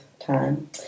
time